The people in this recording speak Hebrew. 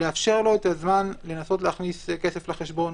לאפשר לו את הזמן לנסות להכניס כסף לחשבון.